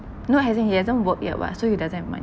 no hasn't he hasn't worked yet [what] so he doesn't have money